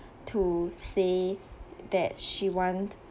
to say that she want